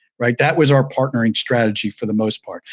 right? that was our partnering strategy for the most part.